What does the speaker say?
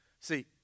See